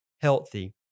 healthy